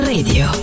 Radio